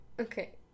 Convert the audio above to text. Okay